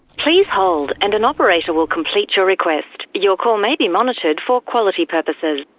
please hold, and an operator will complete your request. your call may be monitored for quality purposes.